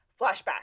Flashback